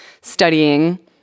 studying